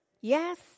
Yes